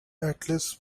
atlas